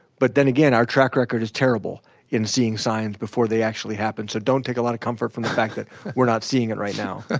but then again our track record is terrible in seeing signs before they actually happen so don't take a lot of comfort from the fact that we're not seeing it right now